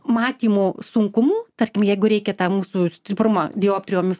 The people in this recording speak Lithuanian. matymo sunkumų tarkim jeigu reikia tą mūsų stiprumą dioptrijomis